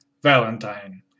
Valentine